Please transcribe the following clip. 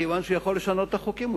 כיוון שהוא יכול לשנות את החוקים.